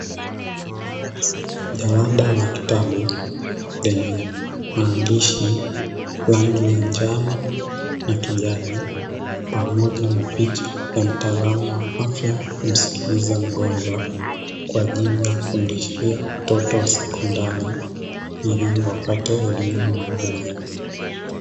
Jalada la kitabu lenye maandishi rangi ya njano na kijani, pamoja na picha ya mtaalamu wa afya akimsikiliza mgonjwa kwa ajili ya kufundishia watoto wa sekondari ili wapate elimu na ujuzi.